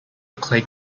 click